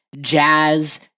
jazz